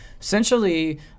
essentially